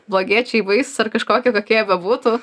blogiečiai baisūs ar kažkoki kokie jie bebūtų